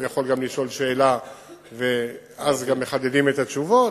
הוא יכול גם לשאול שאלה ואז גם מחדדים את התשובות.